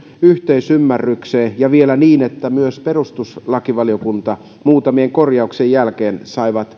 yhteisymmärrykseen ja vielä niin että myös perustuslakivaliokunta muutamien korjauksien jälkeen sai